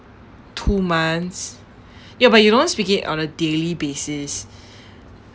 two months ya but you don't speak it on a daily basis